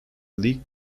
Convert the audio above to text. leak